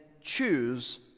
choose